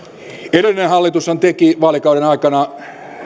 edellinen hallitushan teki vaalikauden aikana